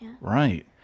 Right